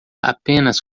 apenas